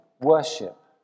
worship